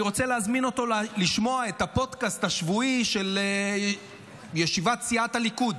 אני רוצה להזמין אותו לשמוע את הפודקאסט השבועי של ישיבת סיעת הליכוד.